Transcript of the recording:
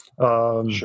Sure